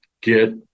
get